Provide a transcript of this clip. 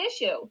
issue